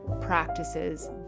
practices